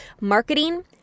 marketing